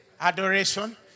Adoration